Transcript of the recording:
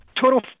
Total